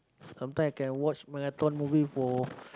sometime I can watch marathon movie for